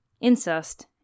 incest